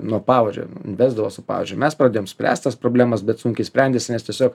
nuo pavadžio vesdavosi pavyzdžiui mes pradėjom spręst tas problemas bet sunkiai sprendėsi nes tiesiog